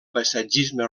paisatgisme